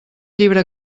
llibre